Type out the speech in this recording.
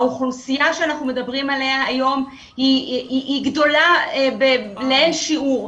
האוכלוסייה שאנחנו מדברים עליה היום גדולה לאין שיעור,